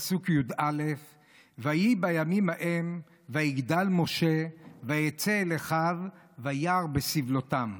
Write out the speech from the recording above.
פסוק י"א: "ויהי בימים ההם ויגדל משה ויצא אל אחיו וירא בסִבְלֹתם.